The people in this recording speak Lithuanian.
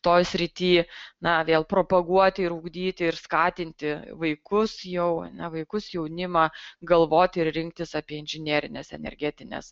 toj srity na vėl propaguoti ir ugdyti ir skatinti vaikus jau a ne vaikus jaunimą galvoti ir rinktis apie inžinerines energetines